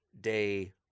Day